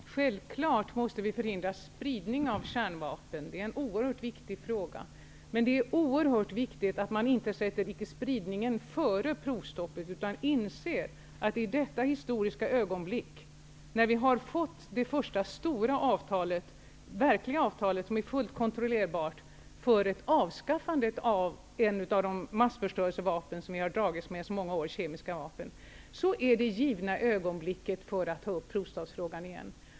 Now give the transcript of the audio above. Herr talman! Självfallet måste vi förhindra spridning av kärnvapen -- det är en oerhört viktig fråga. Men det är oerhört viktigt att man inte sätter spridningen före provstoppet utan inser att detta historiska ögonblick, när vi har fått det första stora avtalet -- det första verkliga avtalet, det första som är fullt kontrollerbart -- om ett avskaffande av ett massförstörelsevapen som vi har dragits med i så många år, nämligen kemiska vapen, är det givna ögonblicket för att ta upp provstoppsfrågan igen.